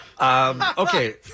Okay